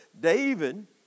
David